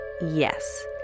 yes